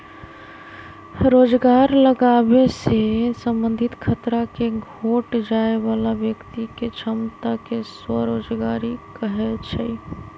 रोजगार लागाबे से संबंधित खतरा के घोट जाय बला व्यक्ति के क्षमता के स्वरोजगारी कहै छइ